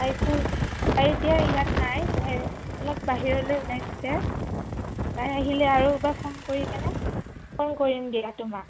তাইকো তাই এতিয়া ইয়াত নাই তাই অলপ বাহিৰলৈ ওলাইছে তাই আহিলে আৰুবা ফোন কৰি কেনে ফোন কৰিম দিয়া তোমাক